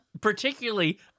particularly